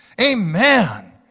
Amen